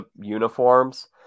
uniforms